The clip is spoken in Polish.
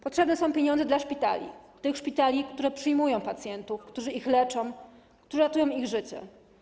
Potrzebne są pieniądze dla szpitali, tych szpitali, które przyjmują pacjentów, które ich leczą, które ratują ich życie.